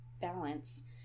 balance